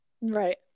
Right